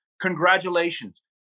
Congratulations